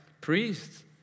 Priests